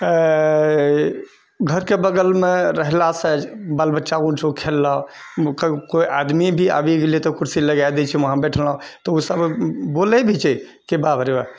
घरके बगलमे रहलासँ बाल बच्चा ओहिठाम खेललऽ कोइ आदमी भी आबि गेलै तऽ कुरसी लगा दै छिए वहाँ बैठलऽ तऽ ओसब बोलै भी छै कि बाप रे बाप